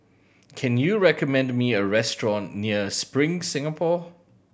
can you recommend me a restaurant near Spring Singapore